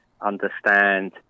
understand